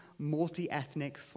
multi-ethnic